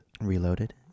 Reloaded